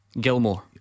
Gilmore